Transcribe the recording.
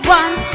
one